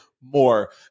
more